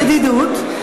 ידידוּת.